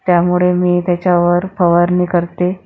त्यामुळे मी त्याच्यावर फवारणी करते